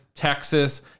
Texas